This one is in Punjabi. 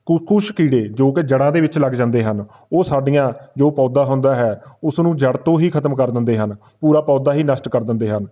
ਕੁ ਕੁਛ ਕੀੜੇ ਜੋ ਕਿ ਜੜ੍ਹਾਂ ਦੇ ਵਿੱਚ ਲੱਗ ਜਾਂਦੇ ਹਨ ਉਹ ਸਾਡੀਆਂ ਜੋ ਪੌਦਾ ਹੁੰਦਾ ਹੈ ਉਸ ਨੂੰ ਜੜ੍ਹ ਤੋਂ ਹੀ ਖਤਮ ਕਰ ਦਿੰਦੇ ਹਨ ਪੂਰਾ ਪੌਦਾ ਹੀ ਨਸ਼ਟ ਕਰ ਦਿੰਦੇ ਹਨ